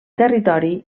territori